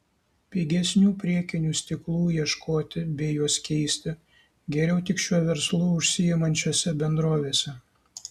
pigesnių priekinių stiklų ieškoti bei juos keisti geriau tik šiuo verslu užsiimančiose bendrovėse